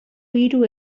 hiru